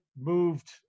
moved